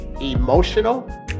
emotional